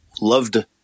loved